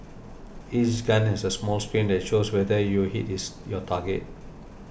each gun has a small screen that shows whether you hit your target